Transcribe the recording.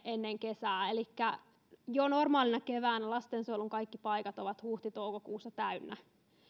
ennen kesää elikkä jo normaalina keväänä lastensuojelun kaikki paikat ovat huhti toukokuussa täynnä